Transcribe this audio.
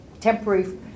temporary